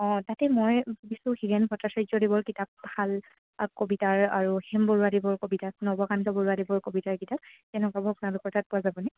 অঁ তাতে মই দিছোঁ হীৰেণ ভট্টাচাৰ্য্য় দেেৱৰ কিতাপ ভাল কবিতাৰ আৰু হেম বৰুৱাদেৱৰ কবিতা নৱকান্ত বৰুৱা দেৱৰ কবিতাৰ কিতাপ তেনেকুৱাবোৰ আপোনালোকৰ তাত পোৱা যাবনে